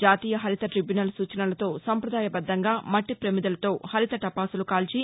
జాతీయ హరిత టీబ్యునల్ సూచనలతో సంపదాయబద్గంగా మట్టి పమిదలతో హరిత టపాసులు కాల్చి